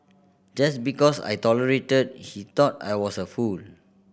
just because I tolerated he thought I was a fool